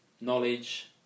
knowledge